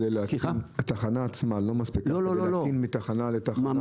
התחנה עצמה לא מספיקה כדי להטעין מתחנה לתחנה?